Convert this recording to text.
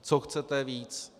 Co chcete víc?